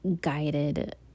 guided